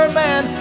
man